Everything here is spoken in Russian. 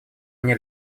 мне